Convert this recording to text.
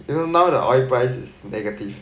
you know now the oil price is negative